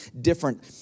different